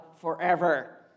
forever